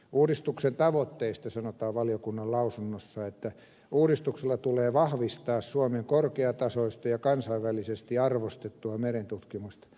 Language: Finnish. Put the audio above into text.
uudistuksen tavoitteista sanotaan valiokunnan lausunnossa että uudistuksella tulee vahvistaa suomen korkeatasoista ja kansainvälisesti arvostettua merentutkimusta